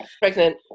Pregnant